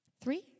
three